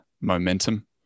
momentum